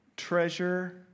Treasure